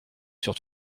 sur